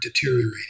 deteriorating